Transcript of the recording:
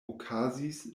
okazis